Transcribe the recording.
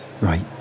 Right